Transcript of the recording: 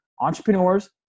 entrepreneurs